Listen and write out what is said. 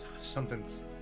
Something's